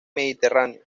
mediterráneo